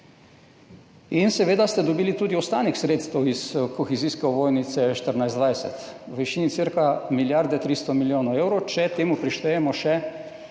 Seveda ste dobili tudi ostanek sredstev iz kohezijske ovojnice 2014–2020 v višini cirka milijarde 300 milijonov evrov, če temu prištejemo še